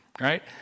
Right